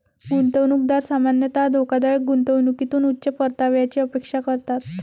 गुंतवणूकदार सामान्यतः धोकादायक गुंतवणुकीतून उच्च परताव्याची अपेक्षा करतात